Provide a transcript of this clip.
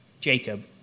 Jacob